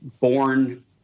born